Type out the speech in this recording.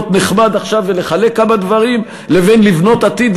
נחמד עכשיו ולחלק כמה דברים לבין לבנות עתיד,